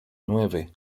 nueve